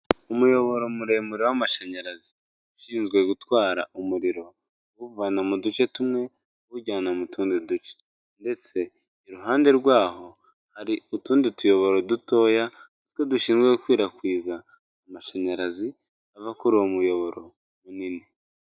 Umuyoboro muremure w'amashanyarazi ushinzwe gutwara umuriro uwuvana mu duce tumwe uwujyana mu tundi duce. Ndetse iruhande rwaho hari utundi tuyoboro dutoya, two dushinzwe gukwirakwiza amashanyarazi ava kuri uwo muyoboro munini.